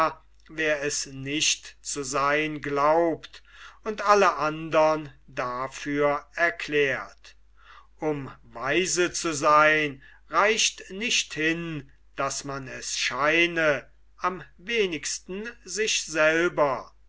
wer es nicht zu seyn glaubt und alle andern dafür erklärt um weise zu seyn reicht nicht hin daß man es scheine am wenigsten sich selber